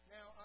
Now